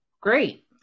great